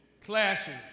clashing